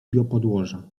biopodłoża